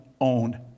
own